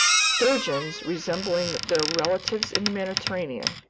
sturgeons resembling their relatives in the mediterranean,